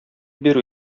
бирү